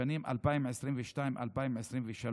לשנים 2022 ו-2023,